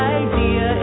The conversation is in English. idea